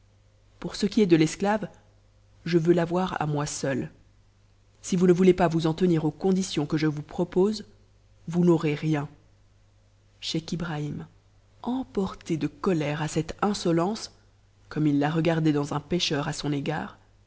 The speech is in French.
pour ce qui est de l'es avc je veux l'avoir à moi seul si vous ne voulez pas vous en tenir aux conditions que je vous propose vous n'aurez rien scheich ibrahim emporté de colère à cette insolence comme il la re artiait dans un pêcheur a son égard